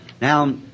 Now